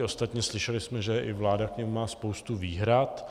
Ostatně slyšeli jsme, že i vláda k němu má spoustu výhrad.